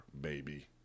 baby